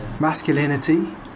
masculinity